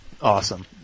Awesome